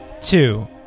two